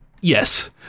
yes